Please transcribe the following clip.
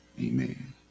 amen